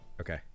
okay